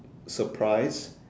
surprise